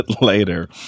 later